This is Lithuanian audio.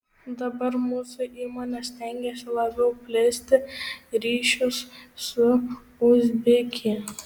dabar mūsų įmonė stengiasi labiau plėsti ryšius su uzbekija